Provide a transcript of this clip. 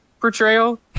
portrayal